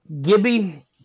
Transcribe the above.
Gibby